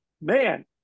man